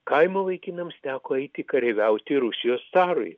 kaimo vaikinams teko eiti kareiviauti rusijos carui